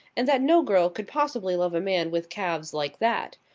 and that no girl could possibly love a man with calves like that.